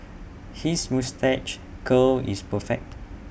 his moustache curl is perfect